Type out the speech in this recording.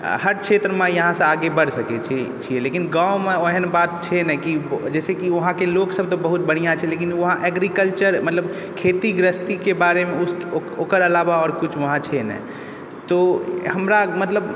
आओर हर क्षेत्रमे यहाँसँ आगे बढ़ि सकै छिए लेकिन गाँवमे ओहन बात छै नहि कि जइसेकि वहाँके लोकसब बढ़िआँ छै लेकिन वहाँ एग्रीकल्चर मतलब खेती गृहस्थीके बारेमे ओकर अलावा आओर वहाँ कुछ छै नहि तऽ हमरा मतलब